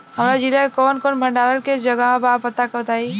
हमरा जिला मे कवन कवन भंडारन के जगहबा पता बताईं?